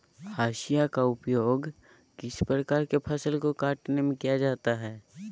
हाशिया का उपयोग किस प्रकार के फसल को कटने में किया जाता है?